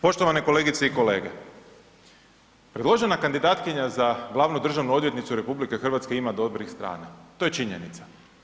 Poštovane kolegice i kolege, predložena kandidatkinja za glavnu državnu odvjetnicu RH ima dobrih strana, to je činjenica.